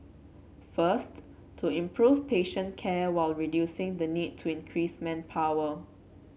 first to improve patient care while reducing the need to increase manpower